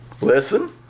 Listen